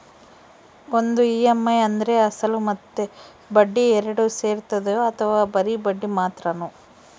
ಒಂದು ಇ.ಎಮ್.ಐ ಅಂದ್ರೆ ಅಸಲು ಮತ್ತೆ ಬಡ್ಡಿ ಎರಡು ಸೇರಿರ್ತದೋ ಅಥವಾ ಬರಿ ಬಡ್ಡಿ ಮಾತ್ರನೋ?